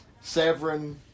Severin